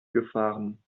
gefahren